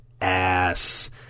ass